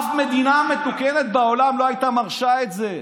אף מדינה מתוקנת בעולם לא הייתה מרשה את זה.